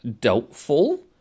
doubtful